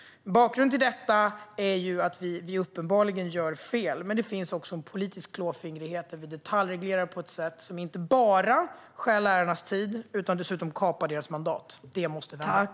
Bakgrunden till detta är att vi uppenbarligen gör fel. Det finns också en politisk klåfingrighet där vi detaljreglerar på ett sätt som inte bara stjäl lärarnas tid utan dessutom kapar deras mandat. Det måste vi ändra på.